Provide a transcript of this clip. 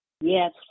Yes